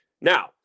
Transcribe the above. Now